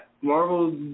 Marvel